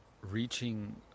reaching